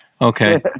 Okay